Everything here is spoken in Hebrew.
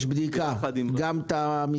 יש בדיקה, גם את המיסים.